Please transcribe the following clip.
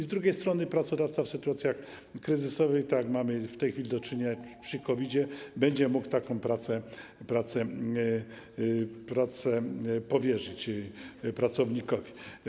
Z drugiej strony pracodawca w sytuacjach kryzysowych, z jakimi mamy w tej chwili do czynienia, przy COVID-zie, będzie mógł taką pracę powierzyć pracownikowi.